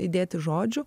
įdėti žodžių